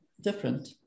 different